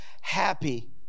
happy